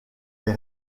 les